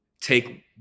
take